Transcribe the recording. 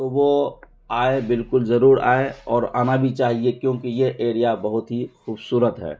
تو وہ آئے بالکل ضرور آئے اور آنا بھی چاہیے کیونکہ یہ ایریا بہت ہی خوبصورت ہے